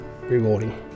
rewarding